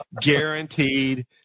guaranteed